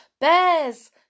Bears